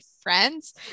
friends